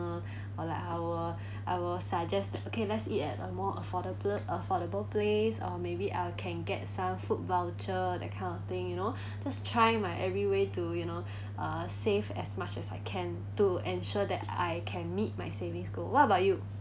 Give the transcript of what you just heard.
or like I'll I'll suggest okay let's eat at a more affordable affordable place or maybe I can get some food voucher that kind of thing you know just try my every way to you know uh save as much as I can to ensure that I can meet my savings goal what about you